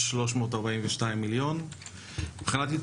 למה?